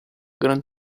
gran